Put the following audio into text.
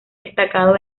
destacado